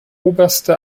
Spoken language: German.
oberste